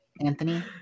Anthony